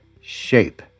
Shape